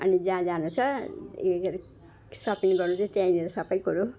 अनि जहाँ जान छ ऊ यो के अरे सपिङ गर्नु चाहिँ त्यहीँनिर सबै कुरो